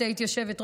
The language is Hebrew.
את היית יושבת-ראש,